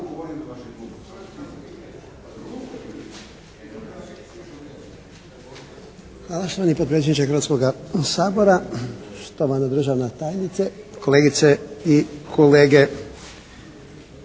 Hvala štovani potpredsjedniče Hrvatskoga sabora. Štovana državna tajnice, kolegice i kolege.